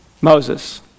Moses